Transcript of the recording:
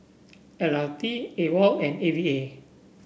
L R T AWOL and A V A